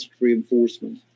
reinforcement